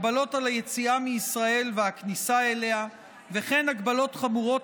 הגבלות על היציאה מישראל והכניסה אליה וכן הגבלות חמורות